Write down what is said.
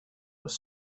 was